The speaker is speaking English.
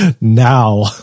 now